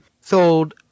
sold